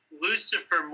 Lucifer